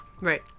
Right